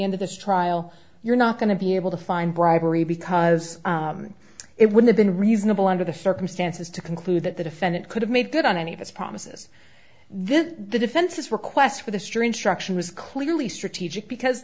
end of this trial you're not going to be able to find bribery because it would have been reasonable under the circumstances to conclude that the defendant could have made good on any of his promises then the defense is request for the string struction was clearly strategic because